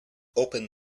open